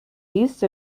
east